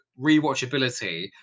rewatchability